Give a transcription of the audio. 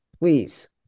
Please